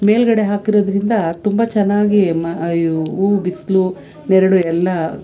ಮೇಲ್ಗಡೆ ಹಾಕಿರೋದ್ರಿಂದ ತುಂಬ ಚೆನ್ನಾಗಿ ಹೂ ಬಿಸಿಲು ನೆರಳು ಎಲ್ಲ